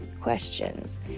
questions